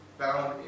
found